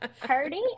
party